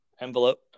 envelope